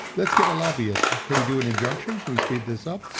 let's get a lobbyist. can we do an injunction? can we speed this up?